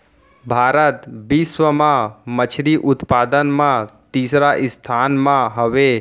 भारत बिश्व मा मच्छरी उत्पादन मा तीसरा स्थान मा हवे